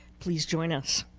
please join us.